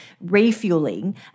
refueling